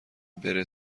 بره